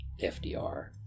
FDR